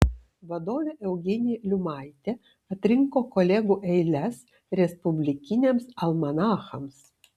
vadovė eugenija liumaitė atrinko kolegų eiles respublikiniams almanachams